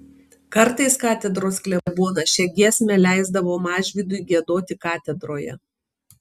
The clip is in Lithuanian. kartais katedros klebonas šią giesmę leisdavo mažvydui giedoti katedroje